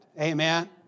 Amen